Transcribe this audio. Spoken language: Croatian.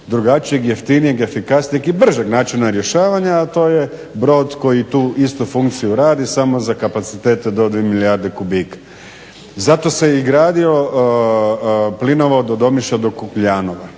drugačijeg, jeftinijeg, efikasnijeg i bržeg načina rješavanja a to je brod koji tu istu funkciju radi samo za kapacitete do 2 milijarde kubika. Zato se i gradio plinovod od Omiša do Kukljanova,